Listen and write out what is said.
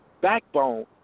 backbone